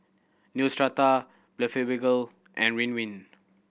Neostrata Blephagel and Ridwind